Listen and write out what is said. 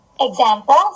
Examples